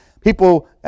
people